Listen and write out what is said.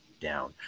down